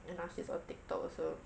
and now she's on tiktok also